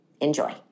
Enjoy